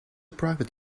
private